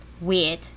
weird